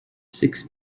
six